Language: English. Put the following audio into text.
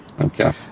okay